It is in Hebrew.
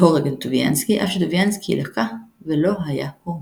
אף שטוביאנסקי לקה ולא היה "קורבן".